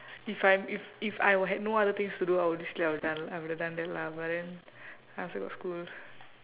if I'm if if I were had no other things to do honestly I would done I would have done that lah but then I still got school